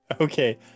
Okay